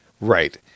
Right